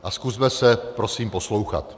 A zkusme se prosím poslouchat.